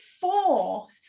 fourth